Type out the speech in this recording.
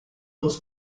rose